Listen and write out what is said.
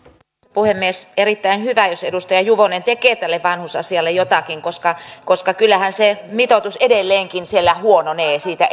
puhemies erittäin hyvä jos edustaja juvonen tekee tälle vanhusasialle jotakin koska koska kyllähän se mitoitus edelleenkin huononee siitä